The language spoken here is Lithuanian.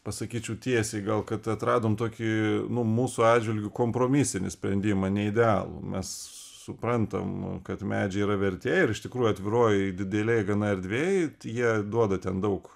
pasakyčiau tiesiai gal kad atradom tokį nu mūsų atžvilgiu kompromisinį sprendimą neidealų mes suprantam kad medžiai yra vertė ir iš tikrųjų atviroj didelėj gana erdvėj jie duoda ten daug